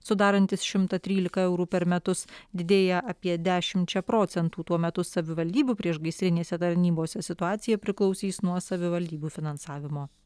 sudarantis šimtą trylika eurų per metus didėja apie dešimčia procentų tuo metu savivaldybių priešgaisrinėse tarnybose situacija priklausys nuo savivaldybių finansavimo